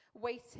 waiting